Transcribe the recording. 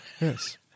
Yes